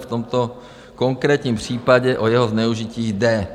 A v tomto konkrétním případě o jeho zneužití jde.